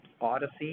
Odyssey